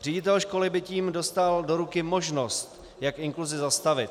Ředitel školy by tím dostal do ruky možnost, jak inkluzi zastavit.